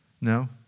No